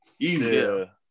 Easy